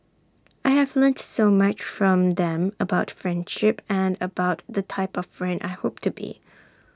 I have learnt so much from them about friendship and about the type of friend I hope to be